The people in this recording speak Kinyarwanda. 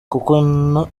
kuko